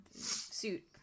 Suit